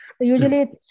Usually